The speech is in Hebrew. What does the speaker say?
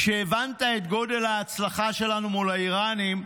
כשהבנת את גודל ההצלחה שלנו מול האיראנים,